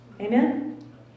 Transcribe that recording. Amen